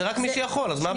זה רק מי שיכול, אז מה הבעיה?